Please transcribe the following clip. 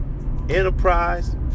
Enterprise